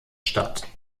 statt